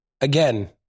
again